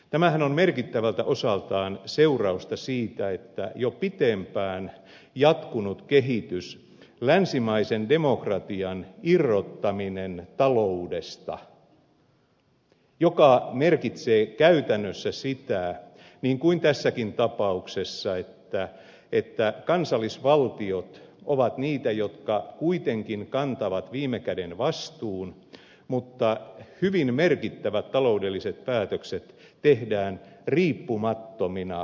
tämähän on merkittävältä osaltaan seurausta siitä että jo pitempään on jatkunut kehitys länsimaisen demokratian irrottamiseksi taloudesta mikä merkitsee käytännössä sitä niin kuin tässäkin tapauksessa että kansallisvaltiot ovat niitä jotka kuitenkin kantavat viime käden vastuun vaikka hyvin merkittävät taloudelliset päätökset tehdään riippumattomina demokraattisesta päätöksenteosta